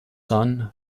son